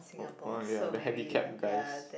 oh ya the handicapped guys